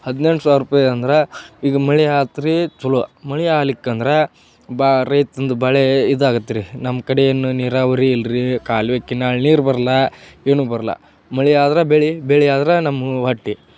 ಹದಿನೆಂಟು ಸಾವಿರ ರೂಪಾಯಿ ಅಂದ್ರೆ ಈಗ ಮಳೆ ಆಯ್ತ್ರೀ ಚಲೋ ಮಳೆ ಆಲಿಕ್ ಅಂದ್ರೆ ಬಾ ರೈತನ್ದು ಭಾಳೇ ಇದಾಗುತ್ರೀ ನಮ್ಮ ಕಡೆ ಏನೂ ನೀರಾವರಿ ಇಲ್ಲ ರಿ ಕಾಲುವೆ ಕಿನಾಳ್ ನೀರು ಬರಲ್ಲ ಏನೂ ಬರಲ್ಲ ಮಳೆ ಆದ್ರೆ ಬೆಳೆ ಬೆಳೆ ಆದ್ರೆ ನಮ್ಮ ಹೊಟ್ಟೆ